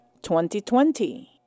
2020